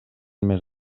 mes